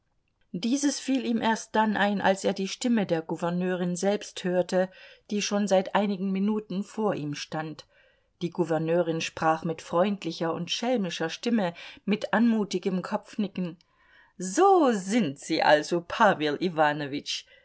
dieses fiel ihm erst dann ein als er die stimme der gouverneurin selbst hörte die schon seit einigen minuten vor ihm stand die gouverneurin sprach mit freundlicher und schelmischer stimme mit anmutigem kopfnicken so sind sie also